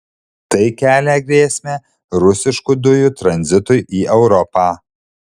tai kelia grėsmę rusiškų dujų tranzitui į europą